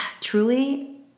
truly